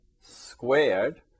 squared